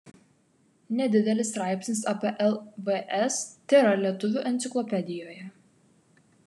nedidelis straipsnis apie lvs tėra lietuvių enciklopedijoje